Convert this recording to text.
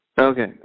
Okay